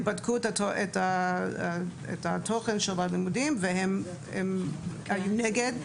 הם בדקו את תוכן הלימודים והם היו נגד.